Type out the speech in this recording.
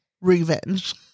revenge